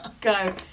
Go